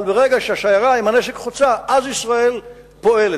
אבל ברגע שהשיירה עם הנשק חוצה, אז ישראל פועלת.